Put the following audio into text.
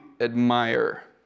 admire